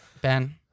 Ben